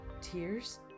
Tears